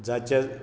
जाचें